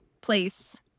place